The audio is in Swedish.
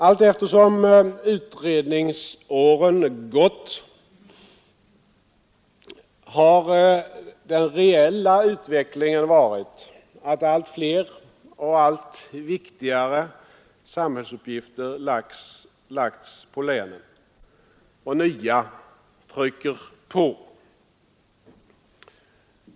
Allteftersom åren gått har den reella utvecklingen medfört att allt fler och allt viktigare samhällsuppgifter lagts på länen — och nya trycker på.